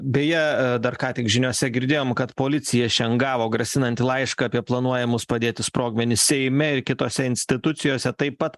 beje dar ką tik žiniose girdėjom kad policija šian gavo grasinantį laišką apie planuojamus padėti sprogmenį seime ir kitose institucijose taip pat